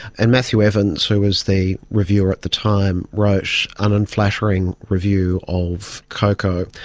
and matthew evans, who was the reviewer at the time, wrote an unflattering review of coco.